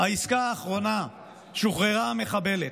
העסקה האחרונה שוחררה המחבלת.